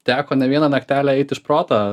teko ne vieną naktelę eit iš proto